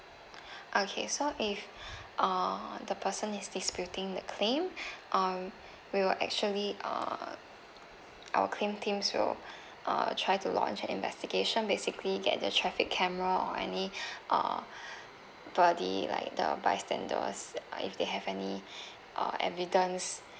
okay so if uh the person is disputing the claim um we will actually uh our claim teams will uh try to launch an investigation basically get the traffic camera or any uh body like the bystanders uh if they have any uh evidence